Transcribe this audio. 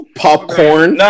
popcorn